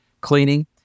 cleaning